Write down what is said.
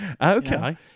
Okay